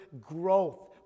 growth